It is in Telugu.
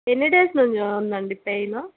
ఎన్ని డేస్ నుంచి ఉందండి పెయిను